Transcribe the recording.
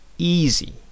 easy